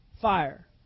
fire